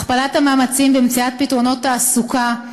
הכפלת המאמצים במציאת פתרונות תעסוקה,